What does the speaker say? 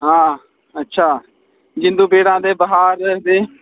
हां अच्छा जिंदू पीड़ां ते बखार ते